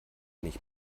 nicht